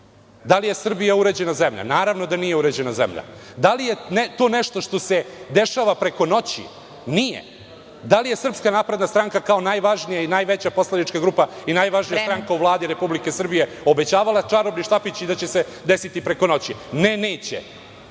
Da li je Srbija uređena zemlja? Naravno da nije uređena zemlja. Da li je to nešto što se dešava preko noći? Nije. Da li je SNS kao najvažnija i najveća poslanička grupa i najvažnija stranka u Vladi Republike Srbije obećavala čarobni štapić i da će se desiti preko noći? Ne, neće,